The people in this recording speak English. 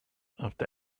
after